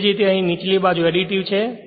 તેવી જ રીતે અહીં નીચેની બાજુ એડિટિવ છે